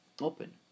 open